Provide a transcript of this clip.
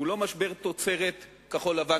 הוא לא משבר תוצרת כחול-לבן,